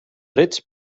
rits